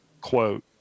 quote